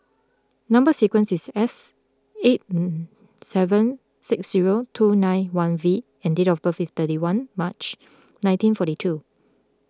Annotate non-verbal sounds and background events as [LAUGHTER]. Number Sequence is S eight [HESITATION] seven six zero two nine one V and date of birth is thirty one March nineteen forty two